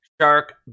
Shark